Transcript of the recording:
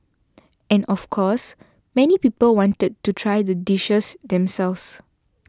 and of course many people wanted to try the dishes themselves